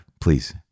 please